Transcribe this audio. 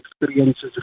experiences